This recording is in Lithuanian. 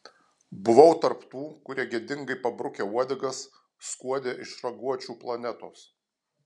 buvau tarp tų kurie gėdingai pabrukę uodegas skuodė iš raguočių planetos